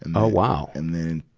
and oh, wow! and then,